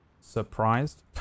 surprised